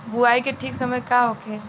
बुआई के ठीक समय का होखे?